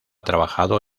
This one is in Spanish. trabajado